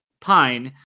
pine